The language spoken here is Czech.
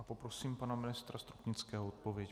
Poprosím pana ministra Stropnického o odpověď.